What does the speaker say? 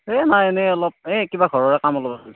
এ নাই এনেই অলপ এই কিবা ঘৰৰে কাম অলপ আছিল